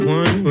one